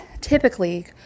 typically